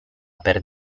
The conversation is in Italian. per